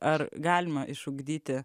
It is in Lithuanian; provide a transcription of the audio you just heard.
ar galima išugdyti